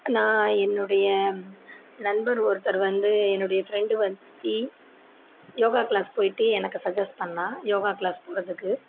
நான் என்னுடைய நண்பர் ஒருத்தர் வந்து என்னுடைய ஃபிரெண்டு ஒருத்தி யோகா க்ளாஸ் போய்ட்டு எனக்கு சஜ்ஜெஸ் பண்ணா யோகா க்ளாஸ் போறத்துக்கு